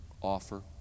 offer